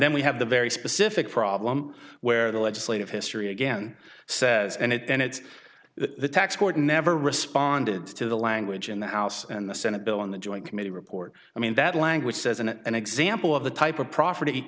then we have the very specific problem where the legislative history again says and it's that the tax court never responded to the language in the house and the senate bill in the joint committee report i mean that language says in an example of the type of property